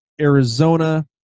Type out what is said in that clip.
Arizona